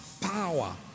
power